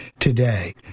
Today